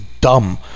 dumb